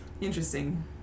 Interesting